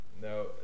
No